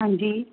ਹਾਂਜੀ